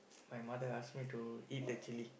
my mother ask me to eat the chilli